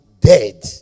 dead